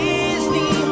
Disney